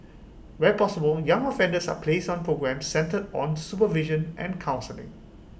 where possible young offenders are placed on programmes centred on supervision and counselling